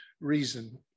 reason